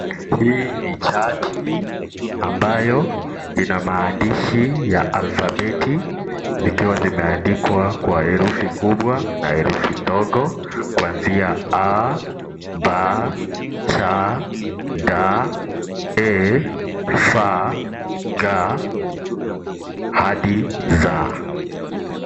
Hii ni chati ambayo ina maandishi ya alfabeti zikiwa zimeandikwa kwa herufi kubwa na elfu kidogo. Kwanzia a,b,c,d,e,f,g hadi z.